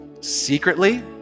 secretly